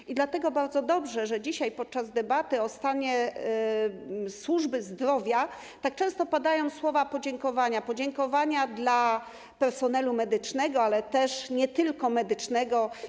I dlatego bardzo dobrze, że dzisiaj podczas debaty o stanie służby zdrowia tak często padają słowa podziękowania dla personelu medycznego, ale też nie tylko medycznego.